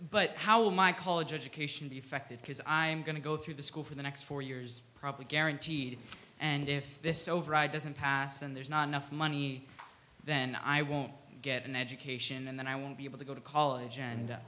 but how will my college education be affected because i'm going to go through the school for the next four years probably guaranteed and if this override doesn't pass and there's not enough money then i won't get an education and then i won't be able to go to college and